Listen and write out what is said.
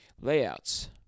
layouts